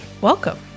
Welcome